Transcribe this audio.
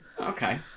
Okay